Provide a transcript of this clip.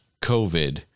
COVID